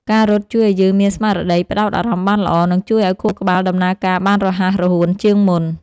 ការរត់ជួយឱ្យយើងមានស្មារតីផ្ដោតអារម្មណ៍បានល្អ និងជួយឱ្យខួរក្បាលដំណើរការបានរហ័សរហួនជាងមុន។